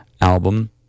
album